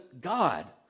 God